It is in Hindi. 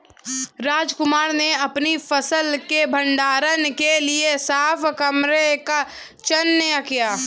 रामकुमार ने अपनी फसल के भंडारण के लिए साफ कमरे का चयन किया